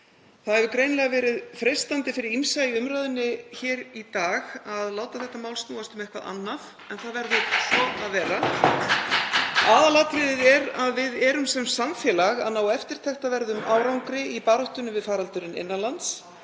Það hefur greinilega verið freistandi fyrir ýmsa í umræðunni hér í dag að láta þetta mál snúast um eitthvað annað, en það verður svo að vera. Aðalatriðið er að við erum sem samfélag að ná eftirtektarverðum árangri í baráttunni við faraldurinn innan lands